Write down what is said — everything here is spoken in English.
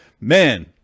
man